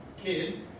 kid